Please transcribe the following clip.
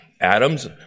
Adam's